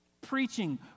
preaching